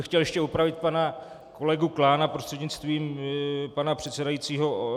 Chtěl bych ještě opravit pana kolegu Klána prostřednictvím pana předsedajícího.